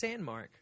Sandmark